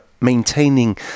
maintaining